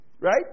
right